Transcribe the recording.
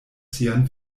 sian